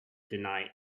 deny